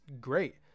great